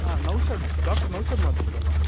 ಹಾಂ ನೌಶದ್ ಡಾಕ್ಟರ್ ನೌಶದ್ ಮಾತಾಡುದಲ್ಲಾ